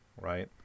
right